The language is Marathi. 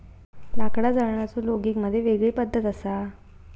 लाकडा जाळण्याचो लोगिग मध्ये वेगळी पद्धत असा